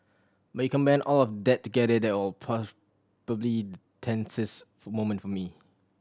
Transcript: but you combine all of that together that all probably tensest for moment for me